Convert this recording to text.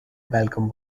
malcolm